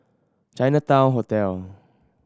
Chinatown Hotel